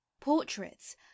portraits